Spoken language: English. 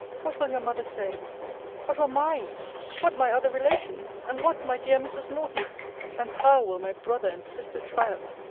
what will your mother say what will mine what my other relations and what my dear mrs. norton and how will my brother and sister triumph!